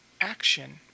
action